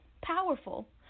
powerful